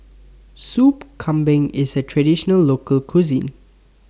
Soup Kambing IS A Traditional Local Cuisine